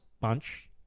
bunch